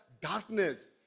darkness